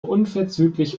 unverzüglich